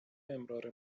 امرار